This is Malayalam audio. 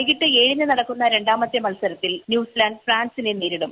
വൈകിട്ട് ഏഴിന് നടക്കുന്ന രണ്ടാമത്തെ മത്സരത്തിൽ ന്യൂസിലാന്റ് ഫ്രാൻസിനെ നേര്ടിടും